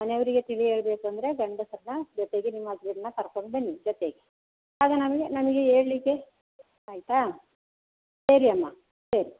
ಮನೆಯವರಿಗೆ ತಿಳಿಯ ಬೇಕೆಂದ್ರೆ ಗಂಡಸರನ್ನ ಜೊತೆಗೆ ನಿಮ್ಮ ಹಸ್ಬೆಂಡನ್ನ ಕರ್ಕೊಂಡು ಬನ್ನಿ ಜೊತೆಗೆ ಆಗ ನಮಗೆ ನಮಗೆ ಹೇಳ್ಲಿಕ್ಕೆ ಆಯಿತಾ ಸರಿ ಅಮ್ಮ ಸರಿ